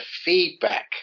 feedback